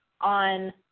on